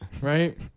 right